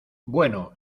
bueno